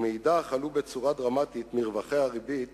ומאידך גיסא עלו בצורה דרמטית מרווחי הריבית